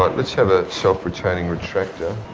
but let's have a self-retaining retractor.